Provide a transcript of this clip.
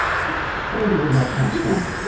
i wonder where that comes from?